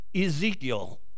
Ezekiel